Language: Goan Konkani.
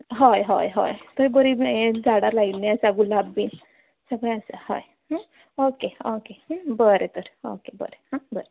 हय हय हय थंय बरीं हें झाडां लायल्लीं आसात गुलाब बीन सगळें आसा हय ऑके ऑके बरें तर ऑके बरें हा बरें